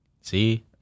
See